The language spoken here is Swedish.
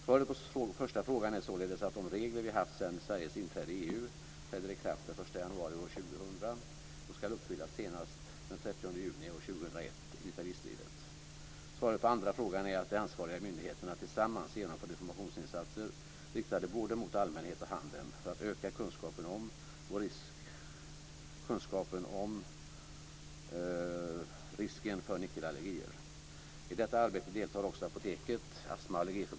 Svaret på första frågan är således att de regler vi haft sedan Sveriges inträde i EU träder i kraft den Svaret på andra frågan är att de ansvariga myndigheterna tillsammans genomför informationsinsatser riktade mot både allmänheten och handeln för att öka kunskapen om och risken för nickelallergier. I detta arbete deltar också Apoteket AB, Astma och